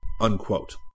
unquote